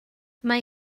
mae